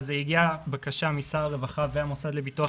אז הגיעה בקשה משר הרווחה והמוסד לביטוח